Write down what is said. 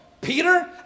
Peter